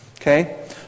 Okay